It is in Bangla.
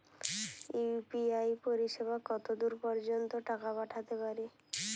ইউ.পি.আই পরিসেবা কতদূর পর্জন্ত টাকা পাঠাতে পারি?